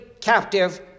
captive